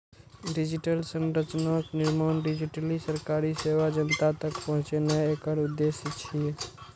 digital संरचनाक निर्माण, digitally सरकारी सेवा जनता तक पहुंचेनाय एकर उद्देश्य छियै